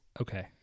Okay